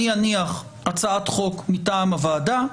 אני אניח הצעת חוק מטעם הוועדה.